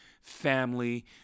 family